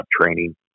training